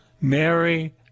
Mary